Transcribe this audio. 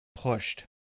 pushed